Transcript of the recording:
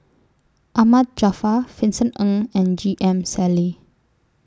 Ahmad Jaafar Vincent Ng and J M Sali